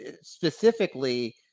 specifically